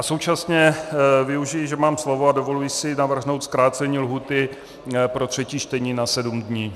Současně využiji toho, že mám slovo, a dovoluji si navrhnout zkrácení lhůty pro třetí čtení na sedm dní.